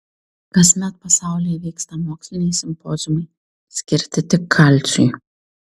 kasmet pasaulyje vyksta moksliniai simpoziumai skirti tik kalciui